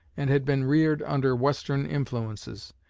and had been reared under western influences.